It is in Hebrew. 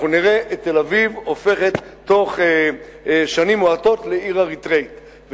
אנחנו נראה את תל-אביב הופכת בתוך שנים מועטות לעיר אריתריאית,